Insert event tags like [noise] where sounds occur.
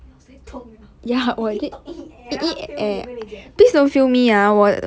不要再动 liao 你一动一 eh 他 fail 你啊我跟你讲 [laughs]